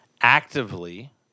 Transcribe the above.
actively